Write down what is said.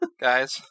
guys